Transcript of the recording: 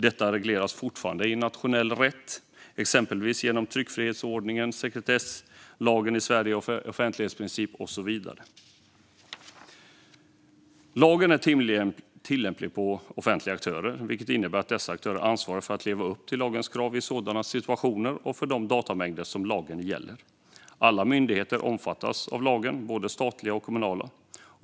Detta regleras fortfarande i nationell rätt, exempelvis genom tryckfrihetsförordningen och offentlighets och sekretesslagen i Sverige. Lagen är tillämplig på offentliga aktörer, vilket innebär att dessa aktörer ansvarar för att leva upp till lagens krav i sådana situationer och för de datamängder som lagen gäller. Alla myndigheter omfattas av lagen, både statliga och kommunala.